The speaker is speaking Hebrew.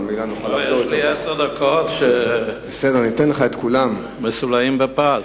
נתנו לי עשר דקות שמסולאות בפז.